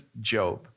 Job